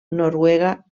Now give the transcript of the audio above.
noruega